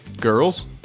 Girls